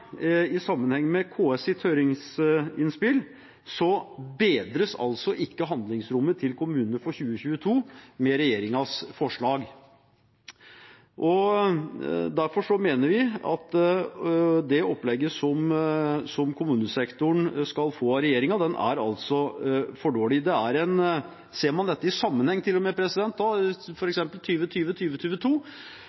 i sammenheng med KS’ høringsinnspill, bedres ikke handlingsrommet til kommunene for 2022 med regjeringens forslag. Derfor mener vi at det opplegget som kommunesektoren skal få av regjeringen, er for dårlig. Ser man dette i sammenheng,